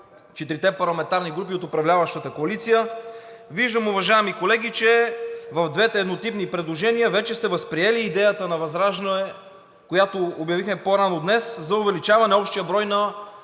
четирите парламентарни групи от управляващата коалиция. Виждам, уважаеми колеги, че в двете еднотипни предложения вече сте възприели идеята на ВЪЗРАЖДАНЕ, която обявихме по-рано днес, за увеличаване на общия брой на